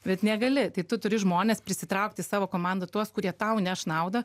bet negali tai tu turi žmones prisitraukt į savo komandą tuos kurie tau neš naudą